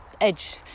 edge